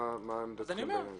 מה עמדתכם בדיון הזה?